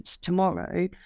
tomorrow